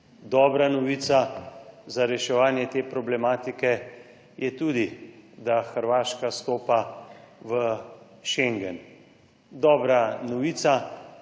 Dobra novica za reševanje te problematike je tudi, da Hrvaška vstopa v schengen. Dobra novica,